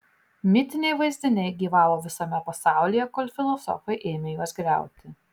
mitiniai vaizdiniai gyvavo visame pasaulyje kol filosofai ėmė juos griauti